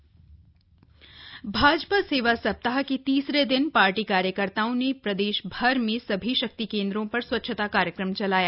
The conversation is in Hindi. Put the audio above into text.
भाजपा सेवा सप्ताह भाजपा सेवा सप्ताह के तीसरे दिन पार्टी कार्यकर्ताओं ने प्रदेश भर में सभी शक्ति केन्द्रों पर स्वच्छता कार्यक्रम चलाया